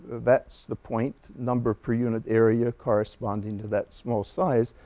that's the point, number per unit area corresponding to that small size.